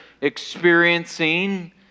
experiencing